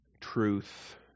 truth